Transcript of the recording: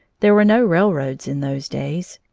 there were no railroads in those days.